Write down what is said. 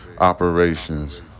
operations